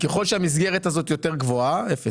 ככל שהמסגרת הזאת יותר גבוהה, 0.7,